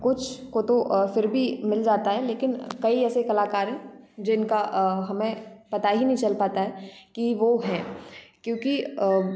कुछ को तो फिर भी मिल जाता है लेकिन कई ऐसे कलाकार हैं जिनका हमें पता ही नहीं चल पाता है की वो हैं क्योंकि